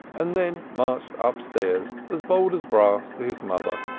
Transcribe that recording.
and then marched upstairs, as bold as brass, to his mother,